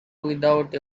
without